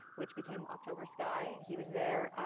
which became october sky, he was there.